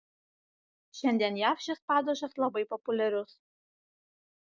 šiandien jav šis padažas labai populiarius